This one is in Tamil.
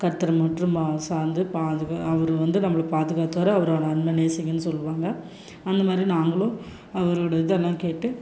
கர்த்தர் மற்றும் அவர் சார்ந்து பாதுகா அவர் வந்து நம்மள பாதுகாத்துருவார் அவரோடய அன்பை நேசிங்கன்னு சொல்லுவாங்க அந்த மாதிரி நாங்களும் அவரோடய இதெல்லாம் கேட்டு